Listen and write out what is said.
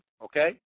Okay